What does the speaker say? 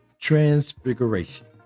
transfiguration